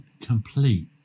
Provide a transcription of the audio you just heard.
complete